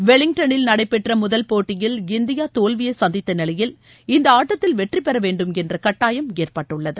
வெலிங்டனில் நடைபெற்ற முதல் போட்டியில் இந்தியா தோல்விளய சந்தித்த நிலையில் இந்த ஆட்டத்தில் வெற்றிபெற வேண்டும் என்ற கட்டாயம் ஏற்பட்டுள்ளது